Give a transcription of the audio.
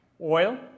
Oil